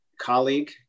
colleague